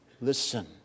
Listen